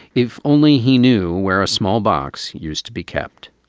if only he knew where a small box used to be kept